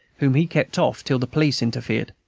whom he kept off till the police interfered.